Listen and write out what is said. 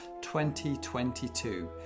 2022